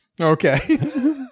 Okay